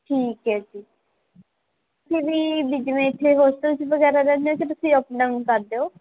ਠੀਕ ਹੈ ਜੀ ਤੁਸੀਂ ਜੀ ਜਿਵੇਂ ਇੱਥੇ ਹੋਸਟਲ ਵਗੈਰਾ ਰਹਿੰਦੇ ਜਾਂ ਤੁਸੀਂ ਅੱਪ ਡਾਊਨ ਕਰਦੇ ਹੋ